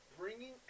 Bringing